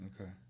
Okay